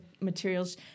materials